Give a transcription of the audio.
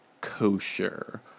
kosher